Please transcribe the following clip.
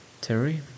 Terry